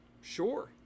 sure